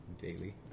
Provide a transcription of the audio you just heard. daily